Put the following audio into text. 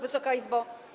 Wysoka Izbo!